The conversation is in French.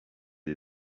des